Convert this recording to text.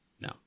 No